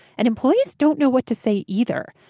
and employees don't know what to say either.